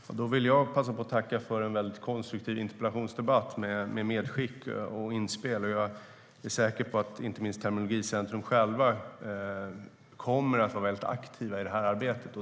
Fru talman! Då vill jag passa på att tacka för en väldigt konstruktiv interpellationsdebatt med medskick och inspel. Jag är säker på att inte minst de vid Terminologicentrum själva kommer att vara aktiva i det här arbetet.